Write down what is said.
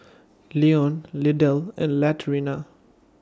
Leon Lydell and Latrina